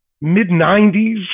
mid-90s